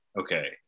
Okay